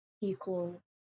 equal